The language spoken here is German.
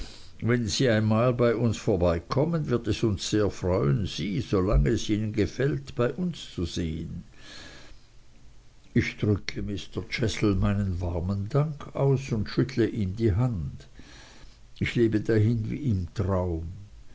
wenn sie einmal bei uns vorbeikommen wird es uns sehr freuen sie solange es ihnen gefällt bei uns zu sehen ich drücke mr chestle meinen warmen dank aus und schüttle ihm die hand ich lebe dahin wie im traum